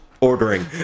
ordering